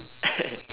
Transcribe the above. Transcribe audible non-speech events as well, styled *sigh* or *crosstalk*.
*laughs*